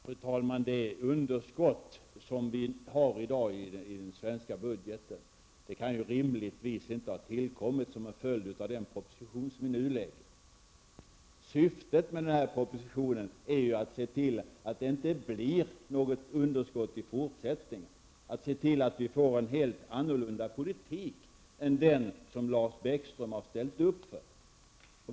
Fru talman! Det underskott som vi idag har i den svenska budgeten kan rimligtvis inte ha tillkommit som en följd av den proposition som regeringen nu lagt fram. Syftet men denna proposition är att se till att det inte blir något underskott i fortsättningen, att se till att vi får en helt annorlunda politik än den som Lars Bäckström har ställt upp för.